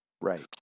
right